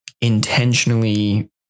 intentionally